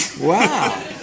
wow